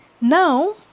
Now